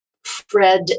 Fred